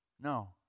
No